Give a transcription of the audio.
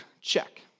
check